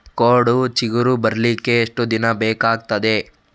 ಕೋಡು ಚಿಗುರು ಬರ್ಲಿಕ್ಕೆ ಎಷ್ಟು ದಿನ ಬೇಕಗ್ತಾದೆ?